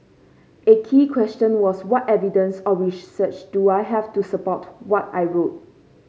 a key question was what evidence or research do I have to support what I wrote